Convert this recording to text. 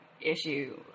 issue